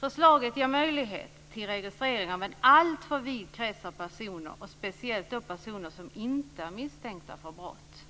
Förslaget ger möjlighet till registrering av en alltför vid krets av personer och speciellt personer som inte är misstänkta för brott.